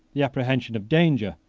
the apprehension of danger,